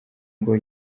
ngo